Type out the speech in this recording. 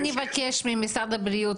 אני באמת מבין את הקושי,